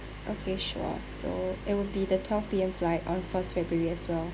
okay sure so it would be the twelve P_M flight on first february as well